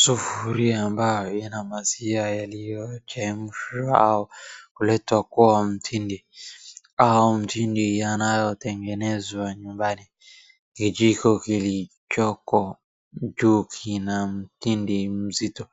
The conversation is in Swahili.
Sufuria ambayo ina maziwa yaliyochemshwa au kuletwa kwa mtindi au mtindi yanayotengenezwa nyumbani. Kijiko kilichoko juu kina mtindi mzito